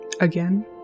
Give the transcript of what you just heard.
Again